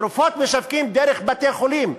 תרופות משווקים דרך בתי-חולים.